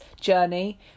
journey